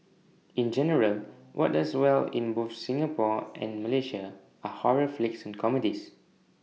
in general what does well in both Singapore and Malaysia are horror flicks and comedies